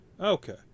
Okay